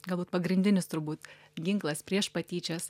galbūt pagrindinis turbūt ginklas prieš patyčias